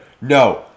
No